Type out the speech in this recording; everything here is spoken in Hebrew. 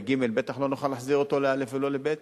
בכיתה ג' בטח לא נוכל להחזיר אותו לא' או לב',